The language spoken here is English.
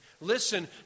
listen